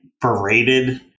paraded